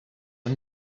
are